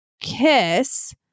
kiss